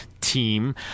team